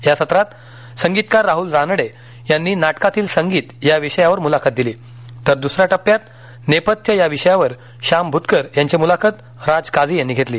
या सत्रात संगीतकार राहुल रानडे यांनी नाटकातील संगीत या विषयावर मुलाखत दिली तर दुसऱ्या टप्प्यात नेपथ्य या विषयावर शाम भुतकर यांची मुलाखत राज काझी यांनी घेतली